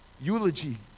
eulogy